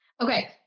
Okay